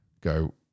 go –